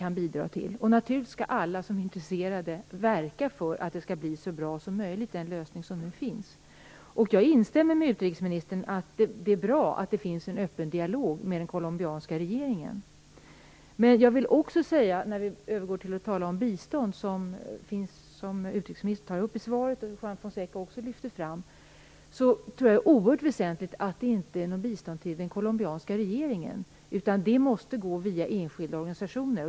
Naturligtvis skall alla instresserade verka för att den lösning som nu finns skall bli så bra som möjligt. Jag instämmer i det utrikesministern sade om att det är bra att det förs en öppen dialog med den colombianska regeringen. Men i fråga om bistånd, som utrikesministern tar upp i svaret och som Juan Fonseca också lyfte fram, tror jag att det är oerhört viktigt att det inte blir ett bistånd till den colombianska regeringen. Biståndet måste gå genom enskilda organisationer.